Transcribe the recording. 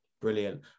Brilliant